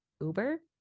uber